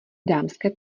dámské